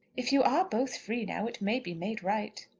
if you are both free now, it may be made right.